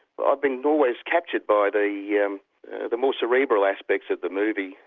but i've been always captured by the yeah the more cerebral aspects of the movie,